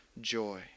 joy